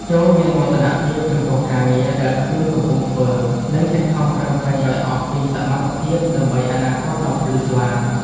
ចូរមានមោទនភាពចំពោះការងារដែលខ្លួនកំពុងធ្វើ និងខិតខំប្រឹងប្រែងឱ្យអស់ពីសមត្ថភាពដើម្បីអនាគតដ៏ភ្លឺស្វាង។